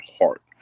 heart